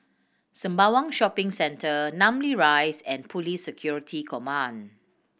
Sembawang Shopping Centre Namly Rise and Police Security Command